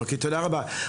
אוקי, תודה רבה.